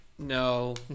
No